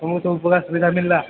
ତୁମକୁ ସବୁ ପ୍ରକାର ସୁବିଧା ମିଳିଲା